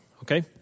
okay